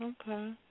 Okay